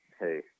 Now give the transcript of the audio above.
hey